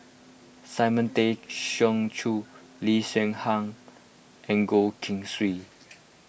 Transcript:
Simon Tay Seong Chee Lee Hsien Yang and Goh Keng Swee